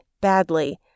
badly